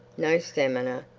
no stamina.